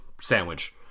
sandwich